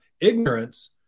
ignorance